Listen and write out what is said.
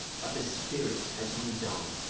but the spirit has moved on.